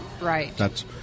Right